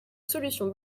solution